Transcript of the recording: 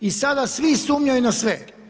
I sada svi sumnjaju na sve.